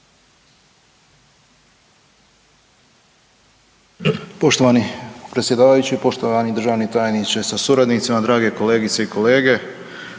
Poštovani predsjedavajući, poštovani državni tajniče sa suradnicima, drage kolegice i kolege.